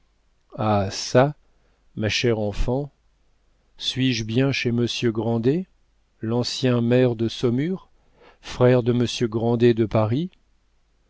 ah çà ma chère enfant suis-je bien chez monsieur grandet l'ancien maire de saumur frère de monsieur grandet de paris